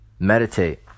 Meditate